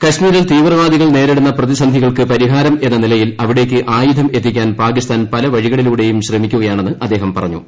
കശ്മീരിൽ തീവ്രവാദികൾ നേരിടുന്ന പ്രതിസന്ധികൾക്ക് പരിഹാരം എന്ന നിലയിൽ അവിടേക്ക് ആയുധം എത്തിക്കാൻ പാകിസ്ഥാൻ പലവഴികളിലൂടെയും ശ്രമിക്കുകയാണെന്ന് അദ്ദേഹം പറഞ്ഞു